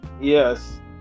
Yes